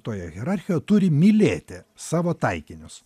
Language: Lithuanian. toje hierarchijoje turi mylėti savo taikinius